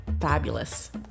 Fabulous